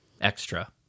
extra